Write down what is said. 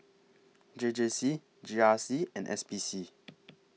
J J C G R C and S P C